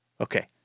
Okay